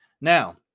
Now